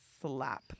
slap